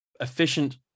efficient